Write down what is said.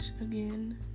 again